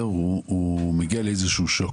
הוא מגיע לאיזשהו הלם.